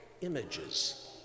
images